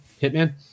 Hitman